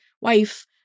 wife